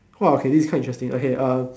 !wah! okay this is quite interesting okay uh